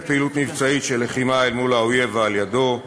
פעילות מבצעית של לחימה אל מול האויב ועל-ידו,